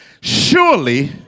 Surely